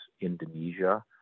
Indonesia